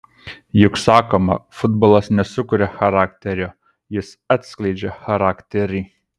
juk sakoma futbolas nesukuria charakterio jis atskleidžia charakterį